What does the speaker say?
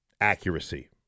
accuracy